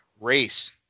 race